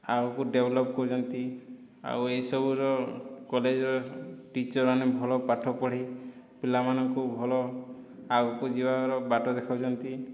ଆଗକୁ ଡେଭଲପ୍ କରୁଛନ୍ତି ଆଉ ଏହିସବୁର କଲେଜର ଟିଚରମାନେ ଭଲ ପାଠ ପଢ଼ି ପିଲାମାନଙ୍କୁ ଭଲ ଆଗକୁ ଯିବାର ବାଟ ଦେଖାଉଛନ୍ତି